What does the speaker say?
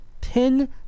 Ten